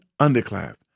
underclass